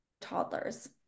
toddlers